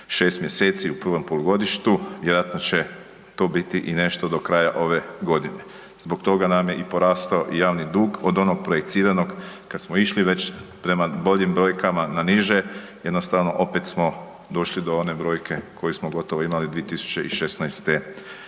6 mjeseci, u prvom polugodištu. Vjerojatno će to biti i nešto do kraja ove godine. Zbog toga nam je i porastao i javni dug od onog projiciranog, kad smo išli već prema boljim brojkama na niže, jednostavno, opet smo došli do one brojke koju smo gotovo imali 2016.